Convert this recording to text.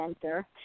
center